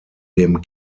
dem